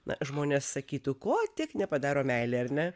na žmonės sakytų ko tik nepadaro meilė ar ne